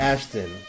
Ashton